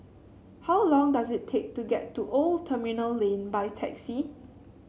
how long does it take to get to Old Terminal Lane by taxi